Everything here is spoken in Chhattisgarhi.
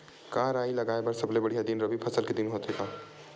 का राई लगाय बर सबले बढ़िया दिन रबी फसल के दिन होथे का?